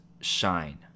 shine